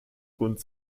grund